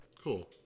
cool